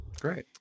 great